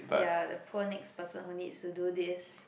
ya the poor next person who needs to do this